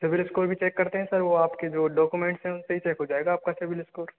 तो फिर उसको भी चेक करते है सर वो आपके जो डॉक्युमेंट्स है उनसे ही चेक हो जायेगा आपका सिविल इस्कोर